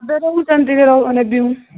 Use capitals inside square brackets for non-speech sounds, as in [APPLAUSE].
[UNINTELLIGIBLE] ନେବି ମୁଁ